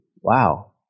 wow